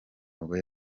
nibwo